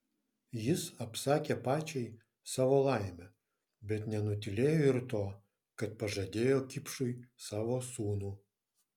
jis apsakė pačiai savo laimę bet nenutylėjo ir to kad pažadėjo kipšui savo sūnų